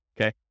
okay